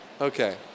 Okay